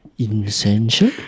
Essential